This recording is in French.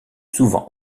souvent